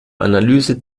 analyse